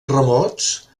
remots